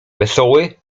wesoły